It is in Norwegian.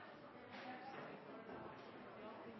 så jeg er